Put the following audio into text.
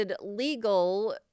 legal